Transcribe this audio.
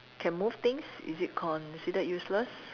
can move things is it considered useless